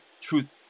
Truth